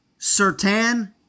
Sertan